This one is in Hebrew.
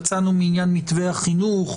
יצאנו מעניין מתווה החינוך,